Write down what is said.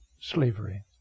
slavery